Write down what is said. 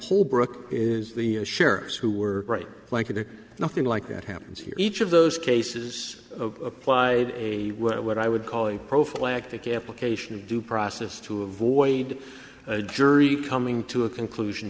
holbrook is the sheriffs who were right like there nothing like that happens here each of those cases of applied a what i would call a prophylactic application of due process to avoid a jury coming to a conclusion